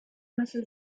müsse